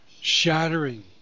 shattering